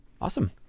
awesome